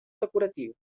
decoratiu